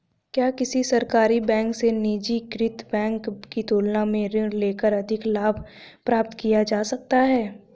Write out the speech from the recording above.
क्या किसी सरकारी बैंक से निजीकृत बैंक की तुलना में ऋण लेकर अधिक लाभ प्राप्त किया जा सकता है?